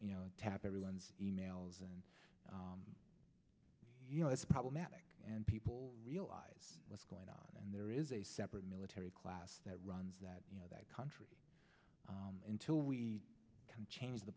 tap everyone's emails and you know it's problematic and people realize what's going on and there is a separate military class that runs that you know that country until we can change the